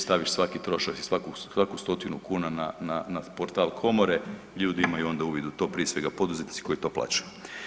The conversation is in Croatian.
Staviš svaki trošak i svaku stotinu kuna na portal Komore, ljudi imaju onda uvid u to prije svega poduzetnici koji to plaćaju.